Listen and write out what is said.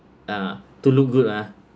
ah to look good ah